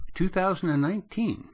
2019